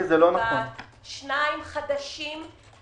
שניים חדשים.